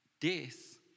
Death